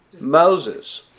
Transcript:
Moses